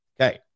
Okay